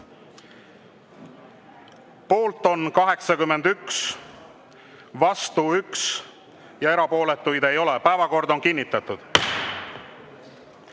Poolt on 81, vastu 1 ja erapooletuid ei ole. Päevakord on kinnitatud. Nüüd